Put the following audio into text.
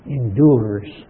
endures